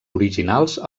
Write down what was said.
originals